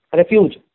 refuge